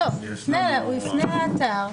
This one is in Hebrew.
הוא יפנה לאתר,